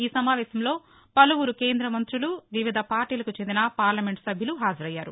ఈ సమావేశంలో పలుపురు కేంద్ర మంతులు వివిధ పార్టీలకు చెందిన పార్లమెంటు సభ్యులు హాజరయ్యారు